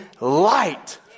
light